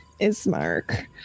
Ismark